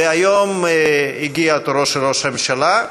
והיום הגיע תורו של ראש הממשלה,